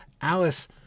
Alice